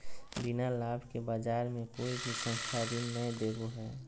बिना लाभ के बाज़ार मे कोई भी संस्था ऋण नय देबो हय